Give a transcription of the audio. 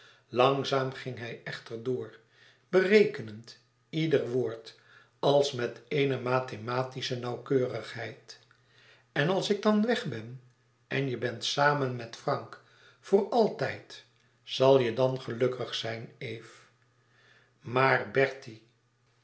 langzaam ging hij echter door berekenend ieder woord als met eene mathematische nauwkeurigheid en als ik dan weg ben en je bent samen met frank voor altijd zal je dan gelukkig zijn eve maar